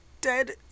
dead